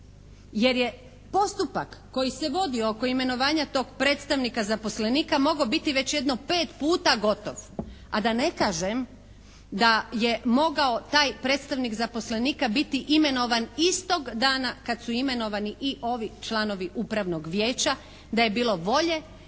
jer je postupak koji se vodio oko imenovanja tog predstavnika zaposlenika mogao biti već jedno pet puta gotov, a da ne kažem da je mogao taj predstavnik zaposlenika biti imenovan istog dana kad su imenovani i ovi članovi Upravnog vijeća da je bilo volje,